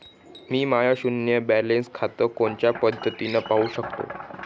मी my शुन्य balance खातं कोनच्या पद्धतीनं पाहू शकतो?